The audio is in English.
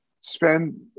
spend